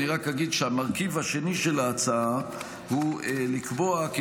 רק אגיד שהמרכיב השני של ההצעה הוא לקבוע כי